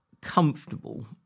comfortable